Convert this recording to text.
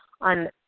on